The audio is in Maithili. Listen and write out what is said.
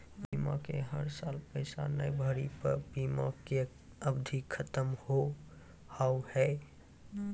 बीमा के हर साल पैसा ना भरे पर बीमा के अवधि खत्म हो हाव हाय?